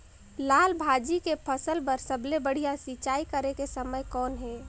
लाल भाजी के फसल बर सबले बढ़िया सिंचाई करे के समय कौन हे?